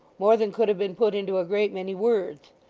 more than could have been put into a great many words.